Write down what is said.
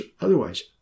otherwise